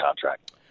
contract